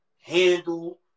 Handle